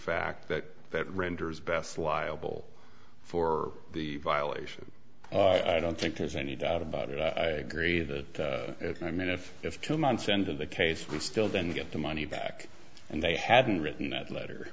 fact that that renders best liable for the violation i don't think there's any doubt about it i agree that i mean if if two months into the case we still didn't get the money back and they hadn't written that letter